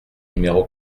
numéro